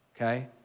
okay